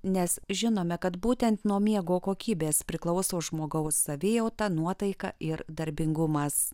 nes žinome kad būtent nuo miego kokybės priklauso žmogaus savijauta nuotaika ir darbingumas